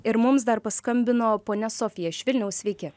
ir mums dar paskambino ponia sofija iš vilniaus sveiki